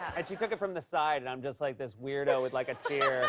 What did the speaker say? and she took it from the side. and i'm just, like, this weirdo with, like, a tear